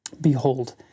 Behold